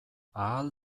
ahal